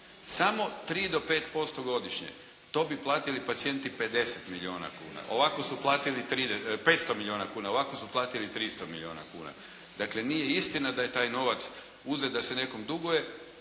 samo 3 do 5% godišnje to bi platili pacijenti 500 milijuna kuna, ovako su platili 300 milijuna kuna. Dakle nije istina da je taj novac uzet da se nekom duguje